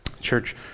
Church